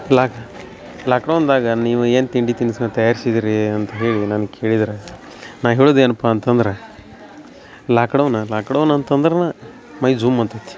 lock ಲಾಕ್ಡೌನ್ದಾಗ ನೀವು ಏನು ತಿಂಡಿ ತಿನಿಸು ತಯಾರ್ಸಿದ್ದೀರಿ ಅಂತ್ಹೇಳಿ ನನ್ನ ಕೇಳಿದ್ರೆ ನಾ ಹೇಳುದ ಏನಪ್ಪಾ ಅಂತಂದ್ರ ಲಾಕ್ಡೌನ ಲಾಕ್ಡೌನ ಅಂತಂದ್ರನ ಮೈ ಜುಮ್ ಅಂತೇತಿ